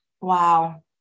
Wow